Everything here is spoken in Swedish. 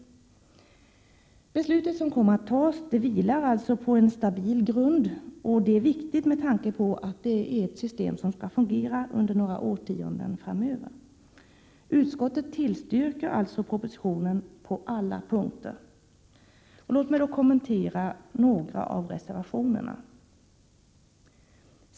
Det beslut som kommer att tas vilar alltså på en stabil grund, och det är viktigt med tanke på att det är ett system som skall fungera under några årtionden framöver. Utskottet tillstyrker alltså propositionens förslag på alla punkter. Låt mig så kommentera några av reservationerna.